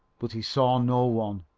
but he saw no one